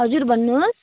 हजुर भन्नुहोस्